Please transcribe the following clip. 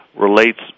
relates